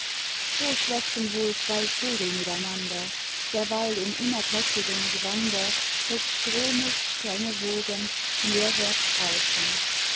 so schwätzen wohl zwei vögel miteinander derweil in unablässigem gewander des stromes strenge wogen meerwärts rauschen